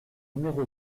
numéro